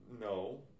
No